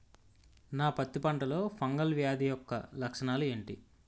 నా పత్తి పంటలో ఫంగల్ వ్యాధి యెక్క లక్షణాలు ఏంటి?